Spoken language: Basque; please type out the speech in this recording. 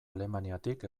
alemaniatik